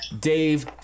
Dave